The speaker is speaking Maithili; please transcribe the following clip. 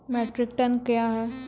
मीट्रिक टन कया हैं?